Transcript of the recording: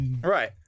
Right